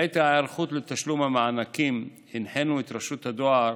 בעת ההיערכות לתשלום המענקים הנחינו את רשות הדואר